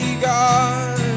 God